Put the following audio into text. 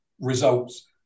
results